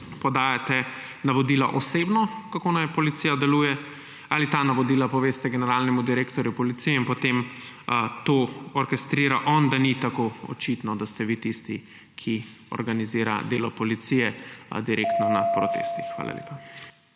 podajate navodila, kako naj policija deluje, ali ta navodila poveste generalnemu direktorju policije in potem to orkestrira on, da ni tako očitno, da ste vi tisti, ki organizira delo policije na protestih? Hvala lepa.